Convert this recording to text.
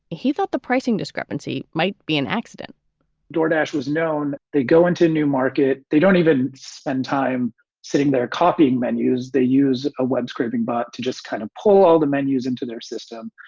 he thought the pricing discrepancy might be an accident jordache was known. they go into a new market. they don't even spend time sitting there copying menus. they use a web scraping bar to just kind of pull all the menus into their system.